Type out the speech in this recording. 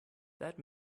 that